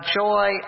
joy